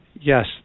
Yes